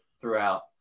throughout